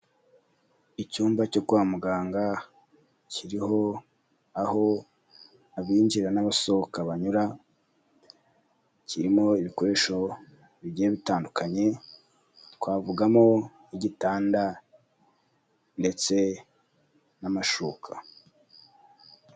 Icyumba cyo kwa muganga kiriho aho abinjira n'abasohoka banyura, kirimo ibikoresho bigiye bitandukanye, twavugamo igitanda ndetse n'amashuka.